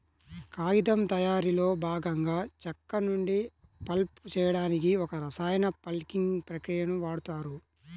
కాగితం తయారీలో భాగంగా చెక్క నుండి పల్ప్ చేయడానికి ఒక రసాయన పల్పింగ్ ప్రక్రియని వాడుతారు